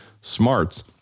smarts